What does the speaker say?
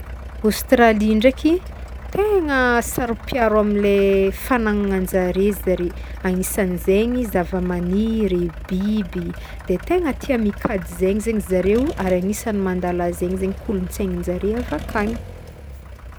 Aostralia ndraiky, tegna saropiaro amle fagnagnananjare zare agnisan'zegny zavamaniry, biby, de tegna tià mikajy zegny zegny zareo ary anisan'ny mandala zegny zegny kolontsaigninjare avy akagny.